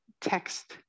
text